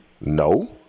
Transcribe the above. No